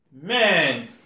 Man